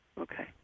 Okay